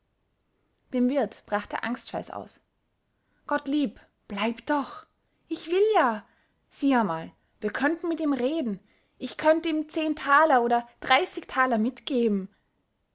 dem wirt brach der angstschweiß aus gottlieb bleib doch ich will ja sieh amal wir könnten mit ihm reden ich könnt ihm zehn taler oder dreißig taler mitgeben